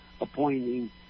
appointing